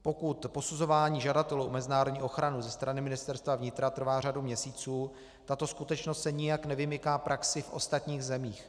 Pokud posuzování žadatelů o mezinárodní ochranu ze strany Ministerstva vnitra trvá řadu měsíců, tato skutečnost se nijak nevymyká praxi v ostatních zemích.